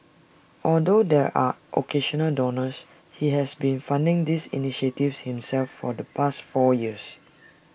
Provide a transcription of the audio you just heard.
although there are occasional donors he has been funding these initiatives himself for the past four years